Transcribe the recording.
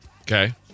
Okay